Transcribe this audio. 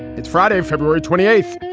it's friday, february twenty eight.